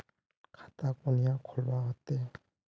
खाता कुनियाँ खोलवा होते?